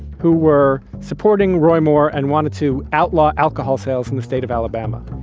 who were supporting roy moore and wanted to outlaw alcohol sales in the state of alabama.